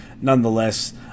nonetheless